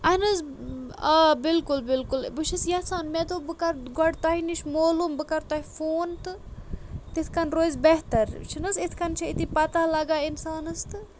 اہن حظ آ بِلکُل بِلکُل بہٕ چھس یَژھان مےٚ دوٚپ بہٕ کَرٕ گۄڈ تۄہہِ نِش مولوٗم بہٕ کَر تۄہہِ فون تہٕ تِتھ کٔنۍ روزِ بہتر یہِ چھُنہٕ حظ یِتھ کٔنۍ چھُ أتی پتہ لگان اِنسانَس تہٕ